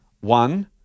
one